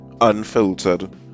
unfiltered